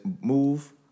Move